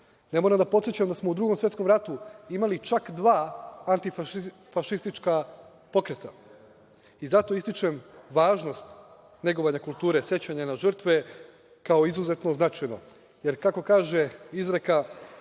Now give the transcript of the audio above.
moram da podsećam da smo u Drugom svetskom radu imali čak dva antifašistička pokreta. Zato ističem važnost negovanje kulture, sećanja na žrtve, kao izuzetno značajno. Jer kako kaže izreka